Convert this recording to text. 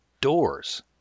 doors